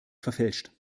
verfälscht